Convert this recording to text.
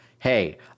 Hey